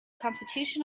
constitution